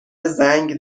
زنگ